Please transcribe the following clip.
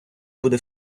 буде